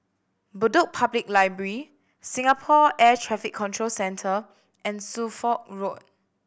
Bedok Public Library Singapore Air Traffic Control Centre and Suffolk Road